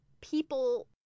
people